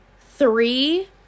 three